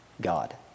God